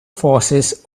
forces